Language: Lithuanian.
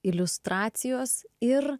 iliustracijos ir